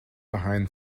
behind